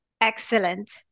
Excellent